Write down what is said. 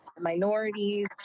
minorities